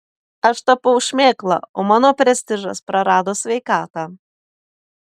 aš tapau šmėkla o mano prestižas prarado sveikatą